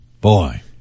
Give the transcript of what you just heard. Boy